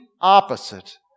opposite